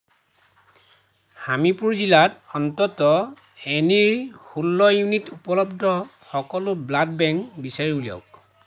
হামিৰপুৰ জিলাত অন্ততঃ এনিৰ ষোল্ল ইউনিট উপলব্ধ সকলো ব্লাড বেংক বিচাৰি উলিয়াওক